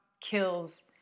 kills